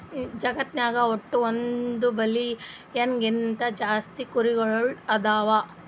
ಜಗತ್ನಾಗ್ ವಟ್ಟ್ ಒಂದ್ ಬಿಲಿಯನ್ ಗಿಂತಾ ಜಾಸ್ತಿ ಕುರಿಗೊಳ್ ಅದಾವ್